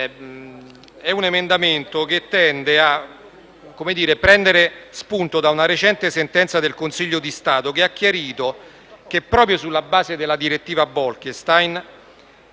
di un emendamento che prende spunto da una recente sentenza del Consiglio di Stato che ha chiarito che, proprio sulla base della direttiva Bolkestein,